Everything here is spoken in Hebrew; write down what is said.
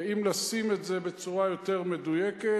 ואם לשים את זה בצורה יותר מדויקת: